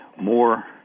more